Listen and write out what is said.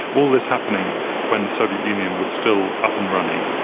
all this happening when the soviet union was still up and running,